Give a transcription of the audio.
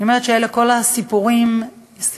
היא אומרת שאלה סיפורי הילדות